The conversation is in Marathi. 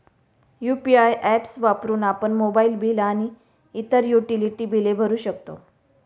यु.पी.आय ऍप्स वापरून आपण मोबाइल बिल आणि इतर युटिलिटी बिले भरू शकतो